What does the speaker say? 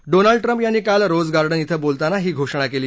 Donald Trump यांनी काल Rose Garden क्रिं बोलताना ही घोषणा केली